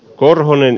korhonen